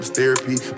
therapy